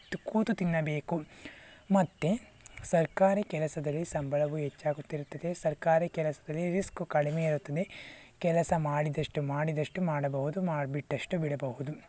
ತು ಕೂತು ತಿನ್ನಬೇಕು ಮತ್ತು ಸರ್ಕಾರಿ ಕೆಲಸದಲ್ಲಿ ಸಂಬಳವು ಹೆಚ್ಚಾಗುತ್ತಿರುತ್ತದೆ ಸರ್ಕಾರಿ ಕೆಲಸದಲ್ಲಿ ರಿಸ್ಕು ಕಡಿಮೆ ಇರುತ್ತದೆ ಕೆಲಸ ಮಾಡಿದಷ್ಟು ಮಾಡಿದಷ್ಟು ಮಾಡಬಹುದು ಮಾಡಿ ಬಿಟ್ಟಷ್ಟು ಬಿಡಬಹುದು